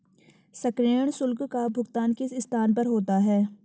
सक्रियण शुल्क का भुगतान किस स्थान पर होता है?